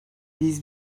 biz